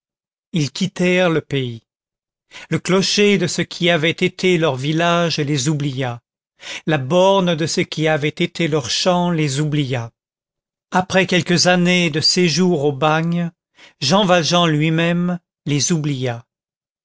ils quittèrent le pays le clocher de ce qui avait été leur village les oublia la borne de ce qui avait été leur champ les oublia après quelques années de séjour au bagne jean valjean lui-même les oublia